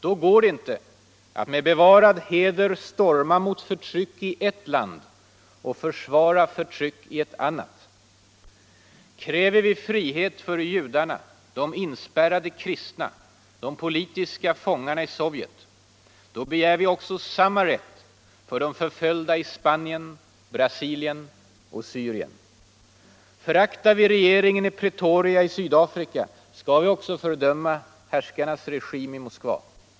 Då går det inte att med bevarad heder storma mot förtryck i ett land och försvara förtryck i ett annat. Kräver vi frihet för judarna, de inspärrade kristna, de politiska fångarna i Sovjet, begär vi också samma rätt för de förföljda i Spanien, Brasilien och Syrien. Föraktar vi regeringen i Pretoria i Sydafrika skall vi också fördöma härskarna i Moskva.